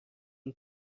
این